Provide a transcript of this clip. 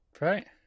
right